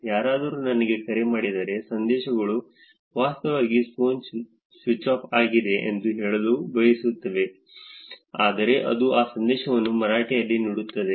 ಯಾರಾದರೂ ನನಗೆ ಕರೆ ಮಾಡಿದಾಗ ಸಂದೇಶಗಳು ವಾಸ್ತವವಾಗಿ ಫೋನ್ ಸ್ವಿಚ್ ಆಫ್ ಆಗಿದೆ ಎಂದು ಹೇಳಲು ಬಯಸುತ್ತವೆ ಆದರೆ ಅದು ಆ ಸಂದೇಶವನ್ನು ಮರಾಠಿಯಲ್ಲಿ ನೀಡುತ್ತಿದೆ